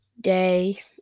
day